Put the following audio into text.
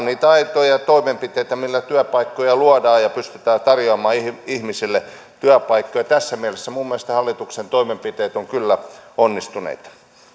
niitä aitoja toimenpiteitä millä työpaikkoja luodaan ja pystytään tarjoamaan ihmisille työpaikkoja tässä mielessä minun mielestäni hallituksen toimenpiteet ovat kyllä onnistuneita